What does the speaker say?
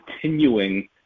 continuing